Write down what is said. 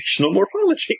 morphology